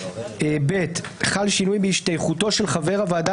(ב) חל שינוי בהשתייכותו של חבר הוועדה